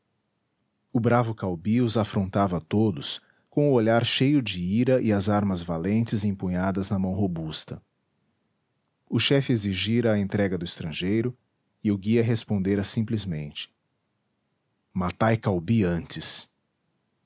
o bravo caubi os afrontava a todos com o olhar cheio de ira e as armas valentes empunhadas na mão robusta o chefe exigira a entrega do estrangeiro e o guia respondera simplesmente matai caubi antes